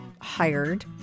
hired